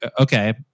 okay